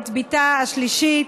את בתה השלישית,